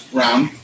round